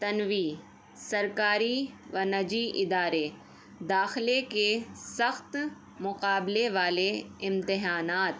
تنوع سرکاری و نجی ادارے داخلے کے سخت مقابلے والے امتحانات